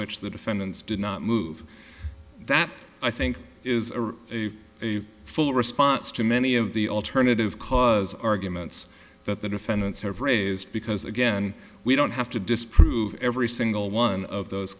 which the defendants did not move that i think is a full response to many of the alternative cause arguments that the defendants have raised because again we don't have to disprove every single one of those